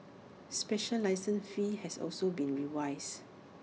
special license fees have also been revised